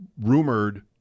rumored